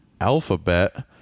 Alphabet